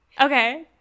Okay